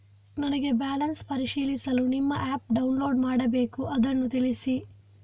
ನನಗೆ ಬ್ಯಾಲೆನ್ಸ್ ಪರಿಶೀಲಿಸಲು ನಿಮ್ಮ ಆ್ಯಪ್ ಡೌನ್ಲೋಡ್ ಮಾಡಬೇಕು ಅದನ್ನು ತಿಳಿಸಿ?